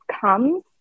comes